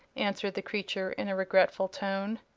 answered the creature, in a regretful tone.